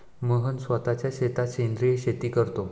मोहन स्वतःच्या शेतात सेंद्रिय शेती करतो